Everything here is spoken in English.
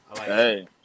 Hey